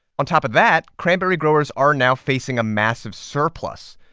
on top of that, cranberry growers are now facing a massive surplus.